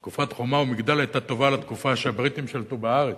תקופת "חומה ומגדל" היתה טובה לתקופה שהבריטים שלטו בארץ.